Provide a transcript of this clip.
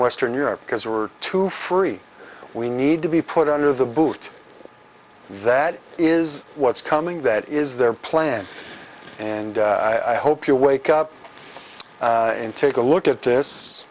western europe because we're too free we need to be put under the boot that is what's coming that is their plan and i hope you wake up and take a look at this